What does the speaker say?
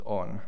on